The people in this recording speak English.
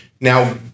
Now